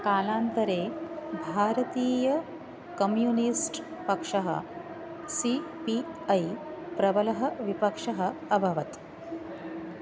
कालान्तरे भारतीय कम्यूनीस्ट् पक्षः सि पि ऐ प्रबलः विपक्षः अभवत्